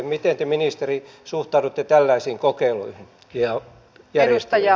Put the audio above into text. miten te ministeri suhtaudutte tällaisiin kokeiluihin ja järjestelyihin